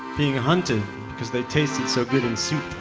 being hunted because they tasted so good in soup.